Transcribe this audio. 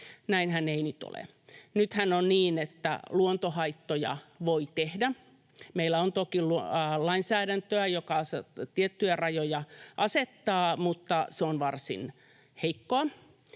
Näinhän ei nyt ole. Nythän on niin, että luontohaittoja voi tehdä — meillä on toki lainsäädäntöä, joka tiettyjä rajoja asettaa, mutta se on varsin heikkoa